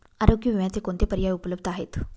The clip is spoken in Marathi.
आरोग्य विम्याचे कोणते पर्याय उपलब्ध आहेत?